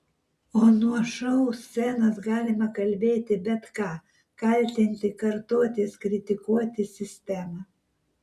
o nuo šou scenos galima kalbėti bet ką kaltinti kartotis kritikuoti sistemą